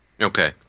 okay